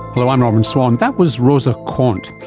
hello, i'm norman swan. that was rosa quant.